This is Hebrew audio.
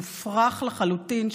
מופרך לחלוטין,